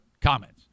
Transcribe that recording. comments